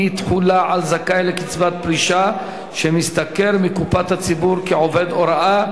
אי-תחולה על זכאי לקצבת פרישה שמשתכר מקופת הציבור כעובד הוראה),